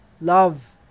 love